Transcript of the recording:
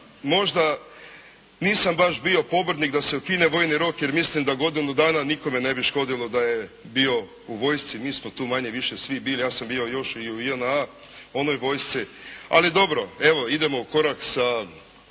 možda nisam baš bio pobornik da se ukine vojni rok jer mislim da godinu dana nikome ne bi škodilo da je dio u vojsci, mi smo tu manje-više svi bili. Ja sam bio još i u JNA, onoj vojsci. Ali dobro, evo idemo u korak sa